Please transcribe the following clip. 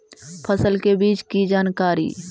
फसल के बीज की जानकारी?